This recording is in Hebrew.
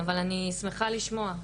אבל אני שמחה לשמוע.